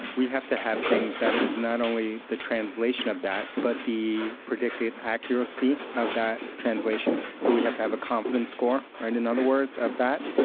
we have to have things that is not only the translation of that, but the predicted accuracy of that translation. so we have to have a confidence score and in other words of that.